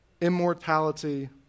immortality